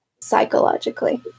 Psychologically